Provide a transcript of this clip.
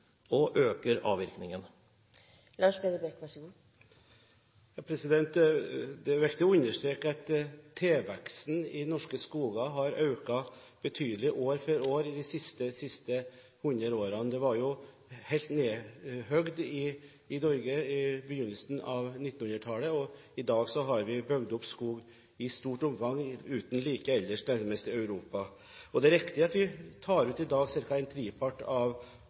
og øker avvirkningen. Det er viktig å understreke at tilveksten i norske skoger har økt betydelig år for år i de siste 100 årene. Det var helt nedhogd i Norge på begynnelsen av 1900-tallet. I dag har vi bygd opp skog i stort omfang, nærmest uten like i forhold til ellers i Europa. Det er riktig at vi i dag tar ut ca. en tredjepart av